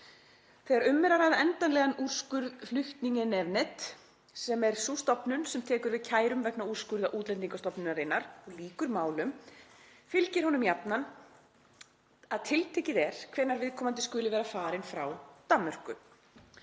Þegar um er að ræða endanlegan úrskurð Flygtningenævnet — sem er sú stofnun sem tekur við kærum vegna úrskurða útlendingastofnunarinnar og lýkur málum — fylgir honum jafnan að tiltekið er hvenær viðkomandi skuli vera farin frá Danmörku.